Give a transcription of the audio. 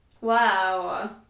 Wow